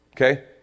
okay